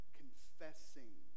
confessing